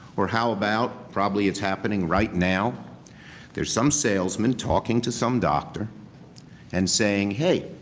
or how about probably it's happening right now there's some salesman talking to some doctor and saying, hey,